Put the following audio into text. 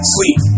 Sweet